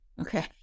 Okay